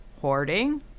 hoarding